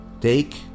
Take